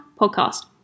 podcast